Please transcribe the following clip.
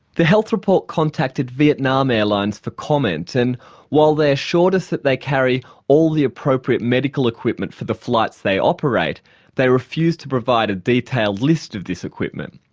the health report contacted vietnam airlines for comment and while they assured us that they carry all the appropriate medical equipment for the flights they operate they refused to provide a detailed list of this equipment.